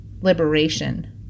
liberation